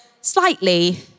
slightly